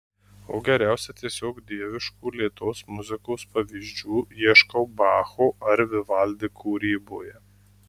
o geriausių tiesiog dieviškų lėtos muzikos pavyzdžių ieškau bacho ar vivaldi kūryboje